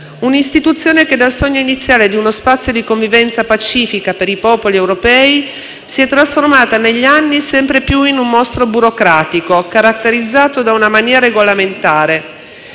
un'istituzione che dal sogno iniziale di uno spazio di convivenza pacifica per i popoli europei si è trasformata negli anni sempre più in un mostro burocratico, caratterizzato da una mania regolamentare;